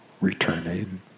returning